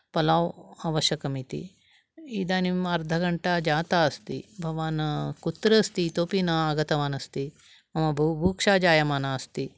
पलाव् आवश्यकमिति इदानीम् अर्धघण्टा जाता अस्ति भवान् कुत्र अस्ति इतोऽपि न आगतवानस्ति मम बहु बुभुक्षा जायमाना अस्ति